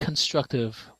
constructive